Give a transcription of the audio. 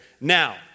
Now